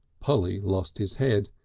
polly lost his head.